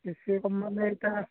বেছিয়েই কম মানে এতিয়া